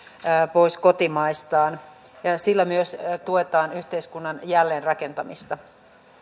pois kotimaistaan sillä myös tuetaan yhteiskunnan jälleenrakentamista